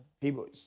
People